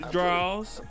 Draws